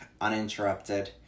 uninterrupted